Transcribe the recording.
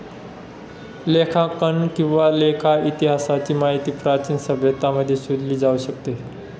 लेखांकन किंवा लेखा इतिहासाची माहिती प्राचीन सभ्यतांमध्ये शोधली जाऊ शकते